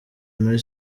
muri